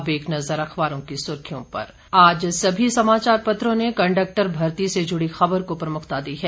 अब एक नज़र अखबारों की सुर्खियों पर आज सभी समाचार पत्रों ने कंडक्टर भर्ती से जुड़ी खबर को प्रमुखता दी है